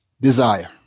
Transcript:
Desire